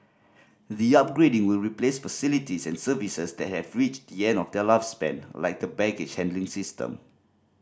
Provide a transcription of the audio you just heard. the upgrading will replace facilities and services that have reached the end of their lifespan like the baggage handling system